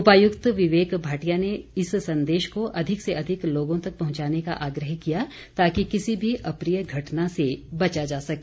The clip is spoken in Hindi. उपायुक्त विवेक भाटिया ने इस संदेश को अधिक से अधिक लोगों तक पहुंचाने का आग्रह किया ताकि किसी भी अप्रिय घटना से बचा जा सके